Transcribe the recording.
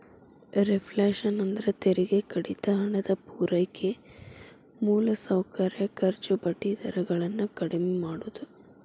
reflation ಅಂದ್ರ ತೆರಿಗೆ ಕಡಿತ ಹಣದ ಪೂರೈಕೆ ಮೂಲಸೌಕರ್ಯ ಖರ್ಚು ಬಡ್ಡಿ ದರ ಗಳನ್ನ ಕಡ್ಮಿ ಮಾಡುದು